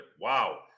wow